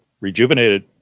Rejuvenated